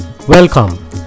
Welcome